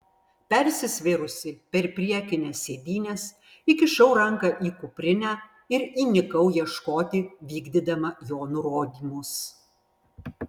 persisvėrusi per priekines sėdynes įkišau ranką į kuprinę ir įnikau ieškoti vykdydama jo nurodymus